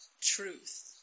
Truth